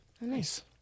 Nice